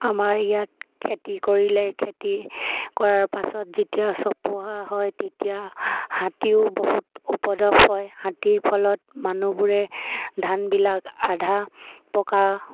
আমাৰ ইয়াত খেতি কৰিলে খেতি কৰাৰ পাছত যেতিয়া চপোৱা হয় তেতিয়া হাতীও বহুত উপদ্ৰৱ হয় হাতীৰ ফলত মানুহবোৰে ধানবিলাক আধা পকা